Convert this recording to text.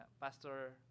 Pastor